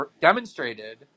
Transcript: demonstrated